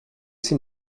sie